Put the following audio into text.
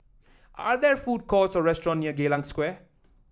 are there food courts or restaurant near Geylang Square